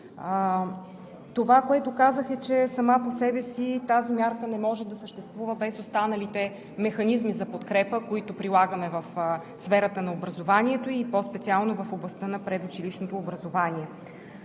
Това, което казах е, че сама по себе си тази мярка не може да съществува без останалите механизми за подкрепа, които прилагаме в сферата на образованието и по-специално в областта на предучилищното образование.